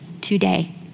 today